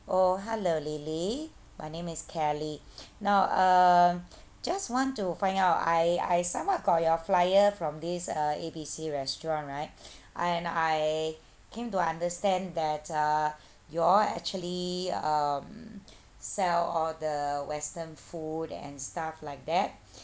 oh hello lily my name is kelly now um just want to find out I I somewhat got your flyer from this uh A B C restaurant right and I came to understand that uh you all actually um sell all the western food and stuff like that